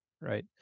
right